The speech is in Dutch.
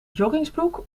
joggingsbroek